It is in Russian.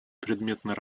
предметной